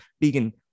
Vegan